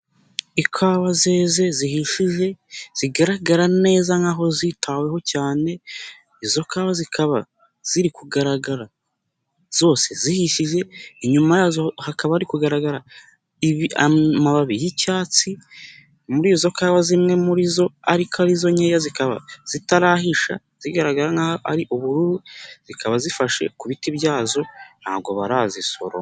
Ikawa zeze zihishije zigaragara neza nk'aho zitaweho cyane, izo kawa zikaba ziri kugaragara zose zihishije inyuma hakaba ari kugaragara amababi y'icyatsi, muri izo kawa zimwe muri zo ariko arizo nkeya zikaba zitarahisha zigaragara nk'aho ari ubururu zikaba zifashe ku biti byazo ntabwo barazisoroma.